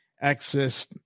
access